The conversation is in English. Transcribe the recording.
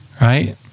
right